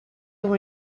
were